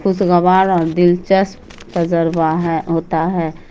خوشگوار اور دلچسپ تجربہ ہے ہوتا ہے